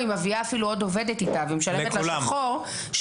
היא אפילו מביאה עוד עובדת ומשלמת לה בשחור.